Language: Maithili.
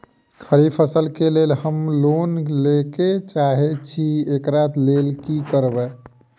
खरीफ फसल केँ लेल हम लोन लैके चाहै छी एकरा लेल की करबै?